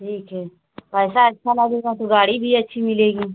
ठीक है पैसा अच्छा लगेगा तो गाड़ी भी अच्छी मिलेगी